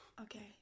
Okay